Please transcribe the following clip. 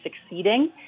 succeeding